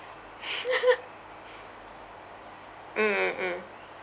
mm mm mm